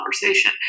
conversation